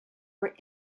were